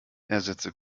ersetze